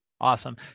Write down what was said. Awesome